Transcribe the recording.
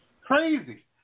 Crazy